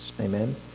Amen